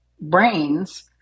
brains